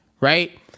right